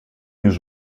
już